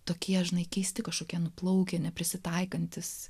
tokie žinai keisti kažkokie nuplaukę neprisitaikantys